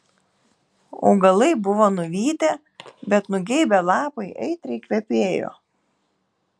augalai buvo nuvytę bet nugeibę lapai aitriai kvepėjo